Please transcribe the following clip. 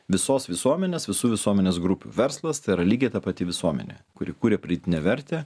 visos visuomenės visų visuomenės grupių verslas tai yra lygiai ta pati visuomenė kuri kuria pridėtinę vertę